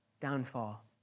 downfall